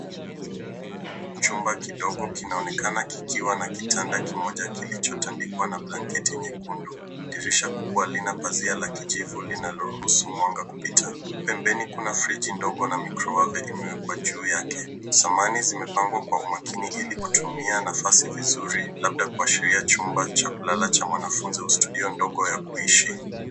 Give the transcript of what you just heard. Chumba kidogo kinaonekana kikiwa na kitanda kimoja kilichotandikwa na blanketi nyekundu, dirisha kubwa lina pazia la kijivu linalorurhusu mwanga kupita. Pembeni kuna friji ndogo na mikrowevu imewekwa juu yake. Samani zimepangwa kwa umakini ili kutumia nafasi vizuri labda kuashiria chumba cha kulala cha mwanafunzi au studio ndogo ya kuishi.